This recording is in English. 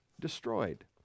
destroyed